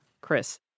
Chris